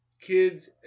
kids